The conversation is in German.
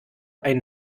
einen